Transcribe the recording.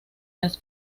las